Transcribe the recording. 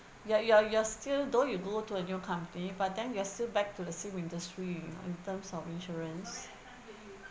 you are you are you are still though you go to a new company but then you are still back to the same industry you know in terms of insurance